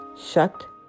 shut